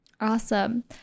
Awesome